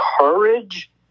courage